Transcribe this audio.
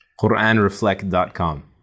quranreflect.com